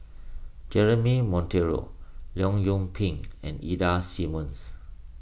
Jeremy Monteiro Leong Yoon Pin and Ida Simmons